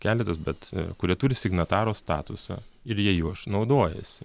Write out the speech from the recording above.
keletas bet kurie turi signataro statusą ir jie juoš naudojasi